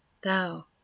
thou